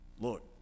Look